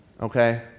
okay